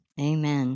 Amen